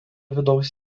vidaus